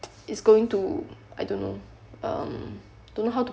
it's going to I don't know um don't know how to